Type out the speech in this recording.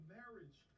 marriage